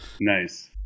Nice